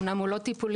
אמנם הוא לא טיפולי,